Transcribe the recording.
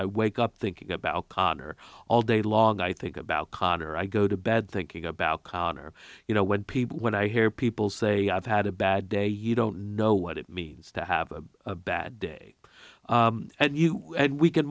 i wake up thinking about god all day long i think about connor i go to bed thinking about connor you know when people when i hear people say i've had a bad day you don't know what it means to have a bad day and you can